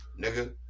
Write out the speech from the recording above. nigga